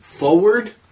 forward